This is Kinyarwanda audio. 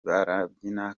barabyina